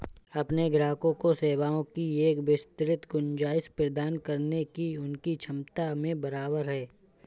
अपने ग्राहकों को सेवाओं की एक विस्तृत गुंजाइश प्रदान करने की उनकी क्षमता में बराबर है